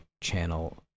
channel